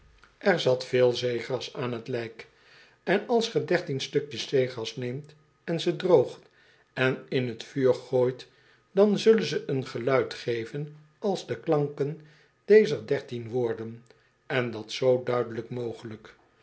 reiziger die geen handel drijft aan t lijk en als ge dertien stukjes zeegras neemt en ze droogt en in t vuur gooit dan zullen ze een geluid geven als de klanken dezer dertien woorden en dat zoo duidelijk mogelijk